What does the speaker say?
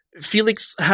Felix